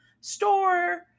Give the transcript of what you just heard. store